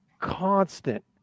constant